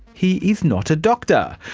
he is not a doctor.